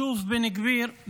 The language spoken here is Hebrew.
שוב בן גביר,